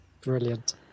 Brilliant